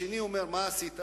לשני הוא אומר: מה עשית?